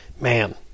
man